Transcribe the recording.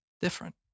different